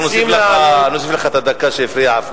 נוסיף לך את הדקה, אפללו הפריע לך.